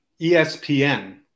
ESPN